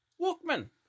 Walkman